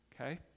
Okay